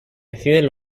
deciden